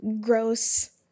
gross